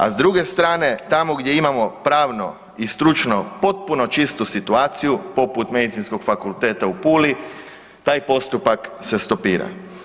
A s druge strane tamo gdje imamo pravno i stručno potpuno čistu situaciju poput Medicinskog fakulteta u Puli taj postupak se stopira.